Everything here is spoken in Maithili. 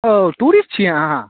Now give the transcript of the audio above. ओ टूरिस्ट छी अहाँ